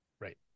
Right